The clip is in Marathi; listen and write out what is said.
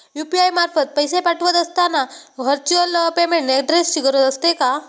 यु.पी.आय मार्फत पैसे पाठवत असताना व्हर्च्युअल पेमेंट ऍड्रेसची गरज असते का?